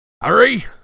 Hurry